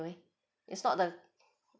way it's not the